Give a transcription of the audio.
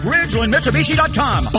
RidgelandMitsubishi.com